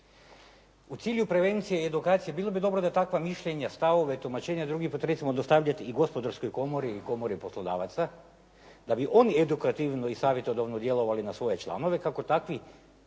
U cilju prevencije i edukacije bilo bi dobro da takva mišljenja, stavove, tumačenja, drugi put recimo dostavljat i Gospodarskoj komori i Komori poslodavaca da bi edukativno i savjetodavno djelovali na svoje članove kako takvih